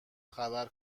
خبر